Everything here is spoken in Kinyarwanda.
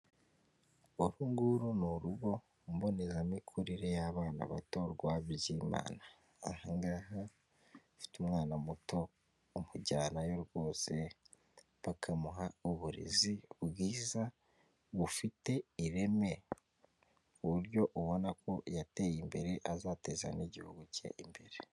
Uru nguru ni urugo mboneramikurire y'abana bato rwa viziyo umwana. Aha ngaha ufite umwana muto umujyanayo rwose bakamuha uburezi bwiza bufite ireme, kuburyo ubona ko yateye imbere, azateza n'igihugu cye imbere.